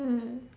mm